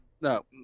No